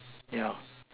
yeah